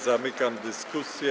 Zamykam dyskusję.